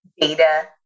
data